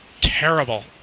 terrible